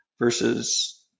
Versus